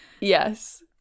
yes